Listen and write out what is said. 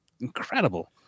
incredible